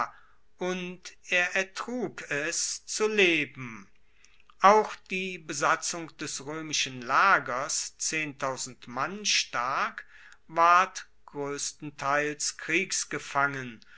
und er ertrug es zu leben auch die besatzung des roemischen lagers mann stark ward groesstenteils kriegsgefangen